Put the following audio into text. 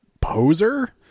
poser